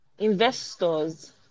Investors